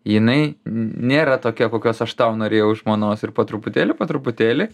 jinai nėra tokia kokios aš tau norėjau žmonos ir po truputėlį po truputėlį